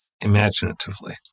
imaginatively